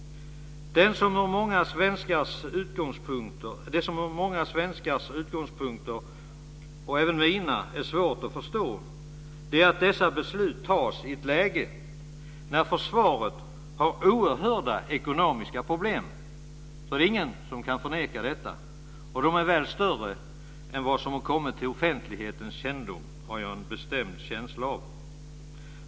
Det som från många svenskars utgångspunkter är svårt att förstå, även mina, är att dessa beslut tas i ett läge när försvaret har oerhörda ekonomiska problem. Ingen kan förneka detta. Jag har också en bestämd känsla av att de är större än vad som har kommit till offentlighetens kännedom.